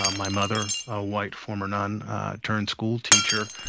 um my mother, a white former nun turned school teacher,